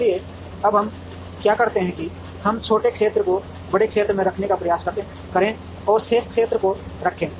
इसलिए अब हम क्या करते हैं कि हम छोटे क्षेत्र को बड़े क्षेत्र में रखने का प्रयास करें और शेष क्षेत्र को रखें